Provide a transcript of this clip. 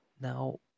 now